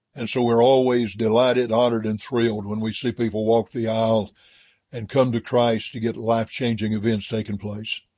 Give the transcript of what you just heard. and so we're always delighted, honored, and thrilled when we see people walk the aisle and come to christ to get life-changing events taking place.